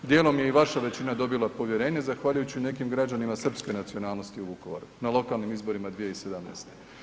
Djelom je i vaša većina dobila povjerenje zahvaljujući nekim građanima srpske nacionalnosti u Vukovaru na lokalnim izborima 2017.